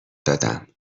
دادم